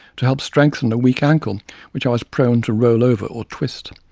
to help strengthen a weak ankle which i was prone to roll over or twist.